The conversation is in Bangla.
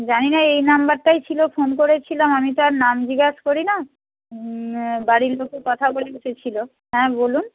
জানি না এই নাম্বারটাই ছিল ফোন করেছিলাম আমি তো আর নাম জিজ্ঞাসা করি না বাড়ির লোকে কথা ছিল হ্যাঁ বলুন